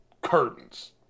curtains